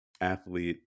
athlete